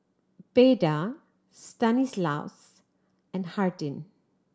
Beda Stanislaus and Hardin